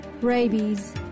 rabies